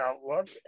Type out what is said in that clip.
outlook